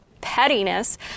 pettiness